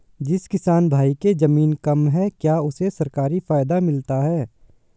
जिस किसान भाई के ज़मीन कम है क्या उसे सरकारी फायदा मिलता है?